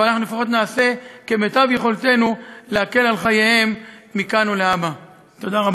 אבל אנחנו לפחות נעשה כמיטב יכולתנו להקל על חייהם מכאן ולהבא.